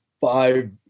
five